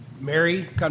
Mary